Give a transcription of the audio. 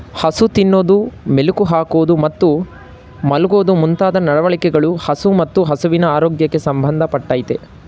ಹಸು ತಿನ್ನೋದು ಮೆಲುಕು ಹಾಕೋದು ಮತ್ತು ಮಲ್ಗೋದು ಮುಂತಾದ ನಡವಳಿಕೆಗಳು ಹಸು ಮತ್ತು ಹಸುವಿನ ಆರೋಗ್ಯಕ್ಕೆ ಸಂಬಂಧ ಪಟ್ಟಯ್ತೆ